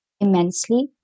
immensely